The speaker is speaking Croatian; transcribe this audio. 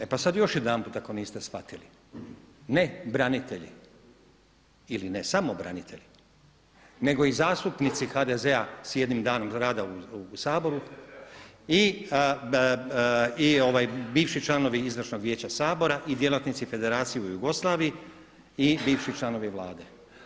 E pa sad još jedanput ako niste shvatili, ne branitelji ili ne samo branitelji, nego i zastupnici HDZ-a s jednim danom rada u Saboru i bivši članovi Izvršnog vijeća Sabora i djelatnici federacije u Jugoslaviji i bivši članovi Vlade.